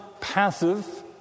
passive